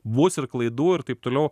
bus ir klaidų ir taip toliau